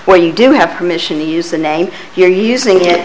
where you do have permission to use the name you're using it